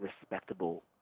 respectable